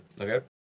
Okay